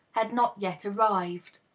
had not yet arrived.